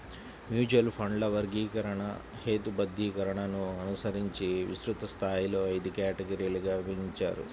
mutual ఫండ్ల వర్గీకరణ, హేతుబద్ధీకరణను అనుసరించి విస్తృత స్థాయిలో ఐదు కేటగిరీలుగా విభజించారు